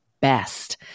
best